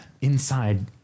Inside